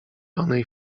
onej